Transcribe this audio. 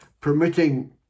permitting